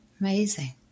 Amazing